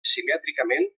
simètricament